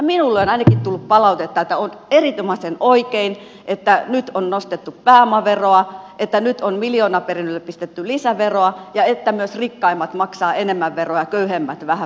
minulle on ainakin tullut palautetta että on erinomaisen oikein että nyt on nostettu pääomaveroa että nyt on miljoonaperinnöille pistetty lisäveroa ja että myös rikkaimmat maksavat enemmän veroa ja köyhemmät vähän vähemmän